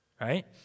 right